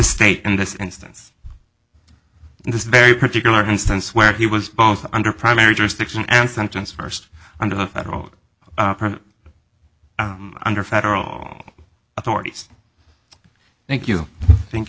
state in this instance in this very particular instance where he was both under primary jurisdiction and sentenced first under the federal under federal authorities thank you thank you